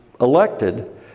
elected